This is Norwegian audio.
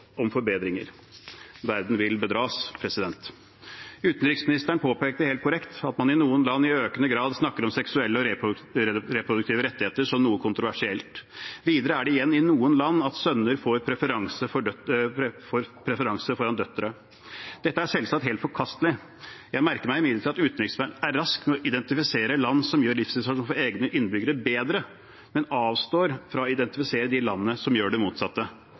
om forbedringer. Verden vil bedras. Utenriksministeren påpekte helt korrekt at man i noen land i økende grad snakker om seksuelle og reproduktive rettigheter som noe kontroversielt. Videre er det igjen i noen land at sønner får preferanse foran døtre. Dette er selvsagt helt forkastelig. Jeg merker meg imidlertid at utenriksministeren er rask med å identifisere land som gjør livssituasjonen for egne innbyggere bedre, men avstår fra å identifisere de landene som gjør det motsatte.